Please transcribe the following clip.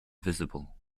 visible